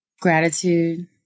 gratitude